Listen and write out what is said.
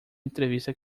entrevista